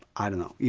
i don't know,